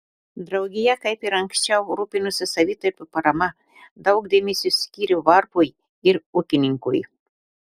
draugija kaip ir anksčiau rūpinosi savitarpio parama daug dėmesio skyrė varpui ir ūkininkui